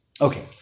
Okay